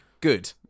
good